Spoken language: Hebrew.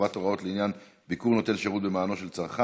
(הרחבת הוראות לעניין ביקור נותן שירות במענו של צרכן),